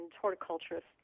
horticulturists